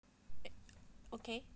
eh okay